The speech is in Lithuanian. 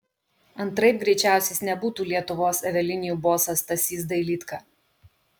antraip greičiausiai jis nebūtų lietuvos avialinijų bosas stasys dailydka